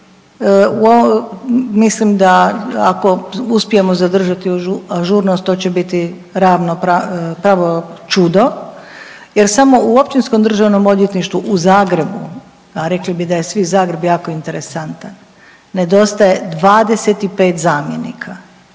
mislim da ako uspijemo zadržati ažurnost to će biti ravno pravo, pravo čudo jer samo u Općinskom državnom odvjetništvu u Zagrebu, a rekli bi da je svi Zagreb jako interesantan nedostaje 25 zamjenika